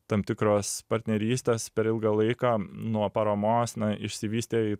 tam tikros partnerystės per ilgą laiką nuo paramos na išsivystė į